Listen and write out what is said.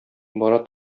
бара